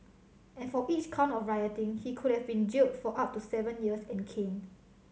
and for each count of rioting he could have been jailed for up to seven years and caned